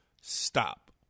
stop